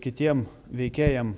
kitiem veikėjam